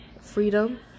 freedom